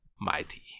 Mighty